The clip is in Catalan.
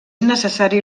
necessari